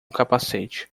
capacete